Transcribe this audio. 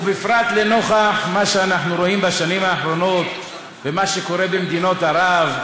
ובפרט לנוכח מה שאנחנו רואים בשנים האחרונות ומה שקורה במדינות ערב,